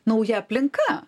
nauja aplinka